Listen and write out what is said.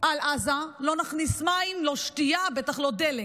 על עזה, לא נכניס מים, לא שתייה, בטח לא דלק.